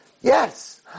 Yes